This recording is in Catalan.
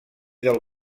del